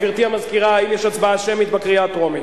גברתי המזכירה, האם יש הצבעה שמית בקריאה הטרומית,